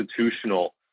institutional